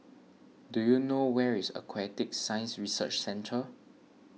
do you know where is Aquatic Science Research Centre